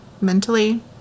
mentally